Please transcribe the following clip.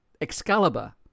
Excalibur